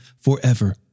forever